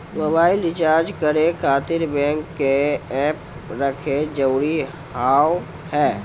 Mobile recharge करे खातिर bank के ऐप रखे जरूरी हाव है?